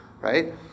right